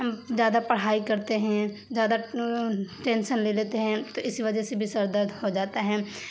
ہم زیادہ پڑھائی کرتے ہیں زیادہ ٹینسن لے لیتے ہیں تو اس وجہ سے بھی سر درد ہو جاتا ہے